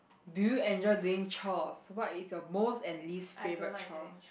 do you enjoy doing chores what is your most and least favourite chore